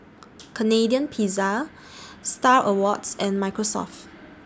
Canadian Pizza STAR Awards and Microsoft